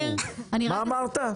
מה אמרת?